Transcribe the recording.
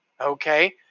Okay